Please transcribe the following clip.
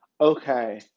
okay